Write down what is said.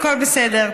הכול בסדר.